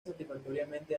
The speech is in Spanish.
satisfactoriamente